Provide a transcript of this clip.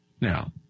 Now